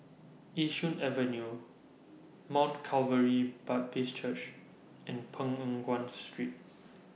Yishun Avenue Mount Calvary Baptist Church and Peng Nguan Street